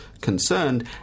concerned